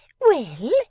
Well